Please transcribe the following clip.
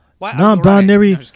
non-binary